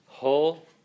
whole